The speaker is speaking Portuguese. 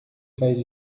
faz